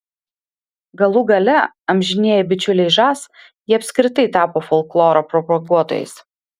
galų gale amžinieji bičiuliai žas jie apskritai tapo folkloro propaguotojais